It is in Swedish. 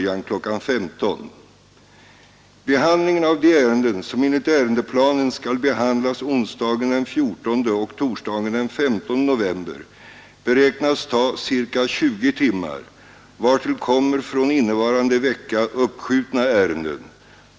Behandlingen av de ärenden, som enligt ärendeplanen skall avgöras onsdagen den 14 och torsdagen den 15 november, beräknas ta ca 20 timmar, vartill kommer från innevarande vecka uppskjutna ärenden.